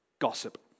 Gossip